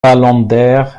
palander